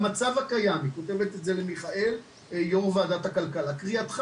היא כותבת את זה למיכאל ביטון ביום וועדת הכלכלה: "..במצב הקיים קריאתך